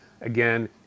again